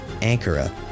Ankara